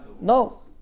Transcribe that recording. No